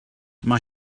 mae